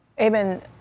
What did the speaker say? Amen